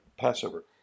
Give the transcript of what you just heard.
Passover